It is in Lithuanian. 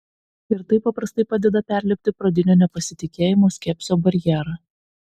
ir tai paprastai padeda perlipti pradinio nepasitikėjimo skepsio barjerą